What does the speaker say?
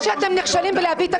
זה שאתם נכשלים להעביר תקציב.